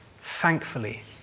thankfully